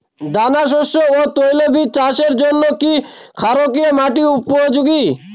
দানাশস্য ও তৈলবীজ চাষের জন্য কি ক্ষারকীয় মাটি উপযোগী?